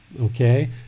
Okay